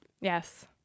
Yes